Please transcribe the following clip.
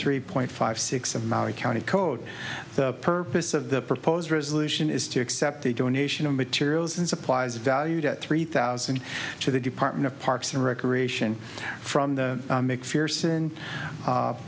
three point five six of maui county code the purpose of the proposed resolution is to accept the donation of materials and supplies valued at three thousand to the department of parks and recreation from the fierce